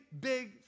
big